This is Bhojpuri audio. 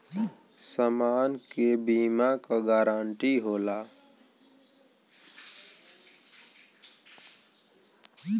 समान के बीमा क गारंटी होला